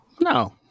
No